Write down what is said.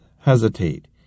hesitate